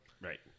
Right